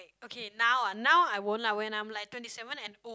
okay now ah now I won't lah when I'm like twenty seven and old